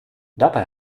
dabei